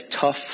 tough